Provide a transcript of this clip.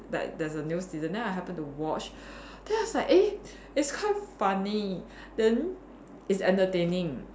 like there's a new season then I happen to watch then I was like eh it's quite funny then it's entertaining